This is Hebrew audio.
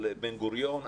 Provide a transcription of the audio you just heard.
על בן גוריון,